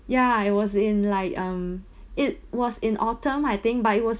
ya I was in like um it was in autumn I think but it was